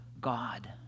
God